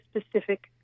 specific